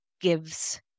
gives